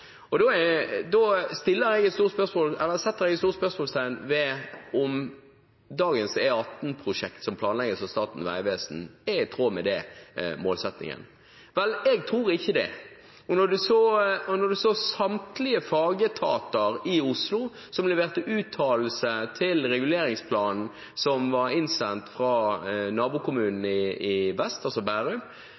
sykkel. Da setter jeg et stort spørsmålstegn ved om dagens E18-prosjekt som planlegges av Statens vegvesen, er i tråd med den målsettingen. Jeg tror ikke det. Samtlige fagetater i Oslo som leverte uttalelse til reguleringsplanen som var innsendt fra nabokommunen i vest – altså Bærum